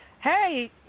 Hey